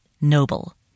noble